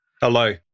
Hello